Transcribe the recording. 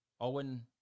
Owen